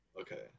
Okay